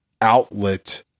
outlet